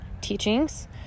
teachings